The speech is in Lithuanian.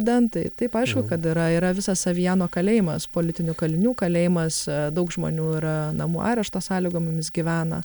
dentai taip aišku kad yra visa yra savijano kalėjimas politinių kalinių kalėjimas daug žmonių yra namų arešto sąlygomimis gyvena